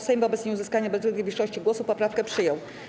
Sejm wobec nieuzyskania bezwzględnej większości głosów poprawkę przyjął.